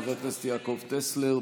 חבר הכנסת יעקב טסלר,